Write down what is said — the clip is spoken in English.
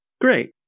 Great